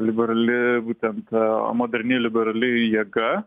liberali jeigu ten ta moderni liberali jėga